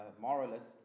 moralist